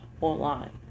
online